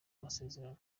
masezerano